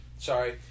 Sorry